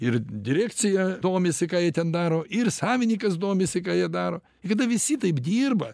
ir direkcija domisi ką jie ten daro ir savininkas domisi ką jie daro kada visi taip dirba